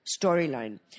storyline